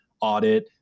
audit